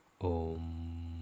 Om